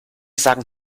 sagen